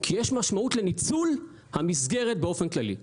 כי יש משמעות לניצול המסגרת באופן כללי.